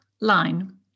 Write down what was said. line